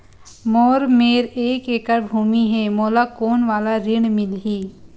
मोर मेर एक एकड़ भुमि हे मोला कोन वाला ऋण मिलही?